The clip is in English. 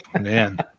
man